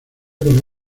con